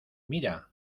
mira